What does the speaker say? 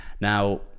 now